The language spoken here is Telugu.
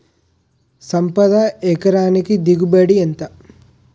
సంపద ఎకరానికి దిగుబడి ఎంత?